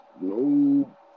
no